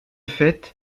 fait